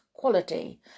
quality